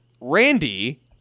Randy